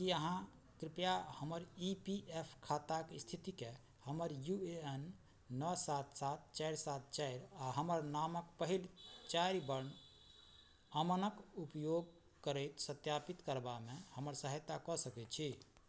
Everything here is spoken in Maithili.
की अहाँ कृपया हमर ईपीएफ खाताक स्थिति कए हमर यू ए एन नओ सात सात चारि सात चारि आ हमर नामक पहिल चारि बर्णक उपयोग करैत सत्यापित करबामे हमर सहायता कऽ सकै छी